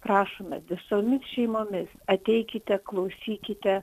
prašome visomis šeimomis ateikite klausykite